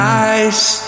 eyes